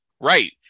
right